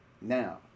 Now